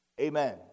Amen